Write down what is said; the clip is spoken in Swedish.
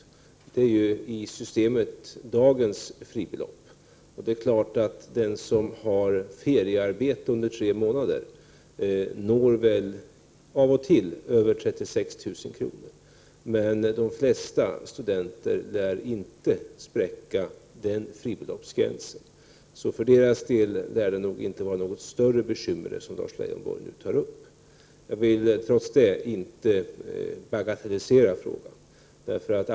Det är dagens fribelopp i systemet. Den som har feriearbete under tre månader kommer väl av och till upp i en inkomst på över 36 000 kr., men de flesta studenter lär inte spräcka den fribeloppsgränsen. Vad Lars Leijonborg nu tar upp som ett problem lär därför inte vara något större bekymmer för dem. Trots det vill jag inte bagatellisera frågan.